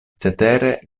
cetere